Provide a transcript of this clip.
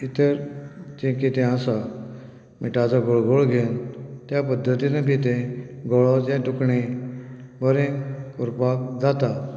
इतर जें कितें आसा मिठाचो गळगळो घेवन त्या पद्दतीनय बी तें गळो जें दुखणें बरें करपाक जाता